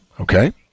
okay